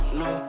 no